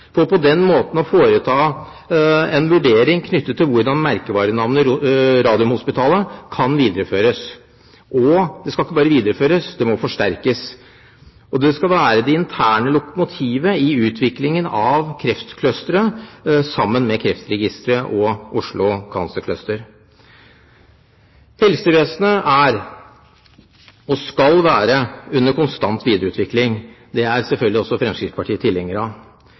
for på den måten å foreta en vurdering av hvordan merkevarenavnet Radiumhospitalet kan videreføres. Og det skal ikke bare videreføres, det må forsterkes. Det skal være det interne lokomotivet i utviklingen av kreftclusteret sammen med Kreftregisteret og Oslo Cancer Cluster. Helsevesenet er, og skal være, under konstant videreutvikling. Det er selvfølgelig også Fremskrittspartiet tilhenger av.